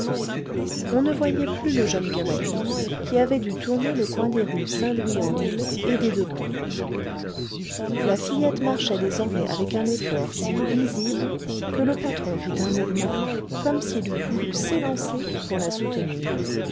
on ne voyait plus le jeune cavalier qui avait dû tourner le coin des rues saint louis en lile et des deux-ponts la fillette marchait désormais avec un effort si visible que le patron fit un mouvement comme s'il eût voulu s'élancer pour la soutenir